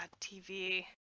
TV